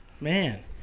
Man